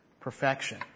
perfection